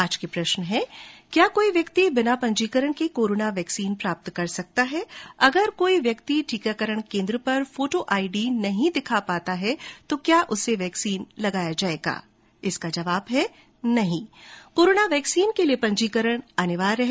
आज के प्रश्न हैं क्या कोई व्यक्ति बिना पंजीकरण के कोरोना वैक्सीन प्राप्त कर सकता है अगर कोई व्यक्ति टीकाकरण केन्द्र पर फोटो आईडी नहीं दिखा पाता है तो क्या उसे वैक्सीन लगाया जायेगा इसका जवाब है नहीं कोरोना वैक्सीनेशन के लिये पंजीकरण अनिवार्य है